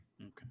Okay